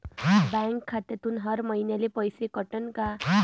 Bank खात्यातून हर महिन्याले पैसे कटन का?